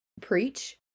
preach